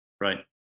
right